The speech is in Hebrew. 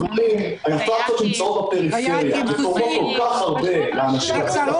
האטרקציות שנמצאות בפריפריה ותורמות כל כך הרבה לאנשים.